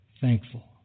thankful